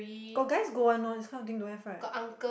got guys go one lor this kind of thing don't have right